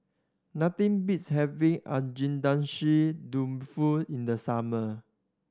nothing beats having Agedashi Dofu in the summer